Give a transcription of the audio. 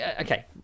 okay